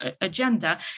agenda